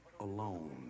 alone